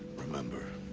remember.